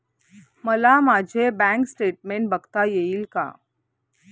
मला माझे bank statement बघता येईल का?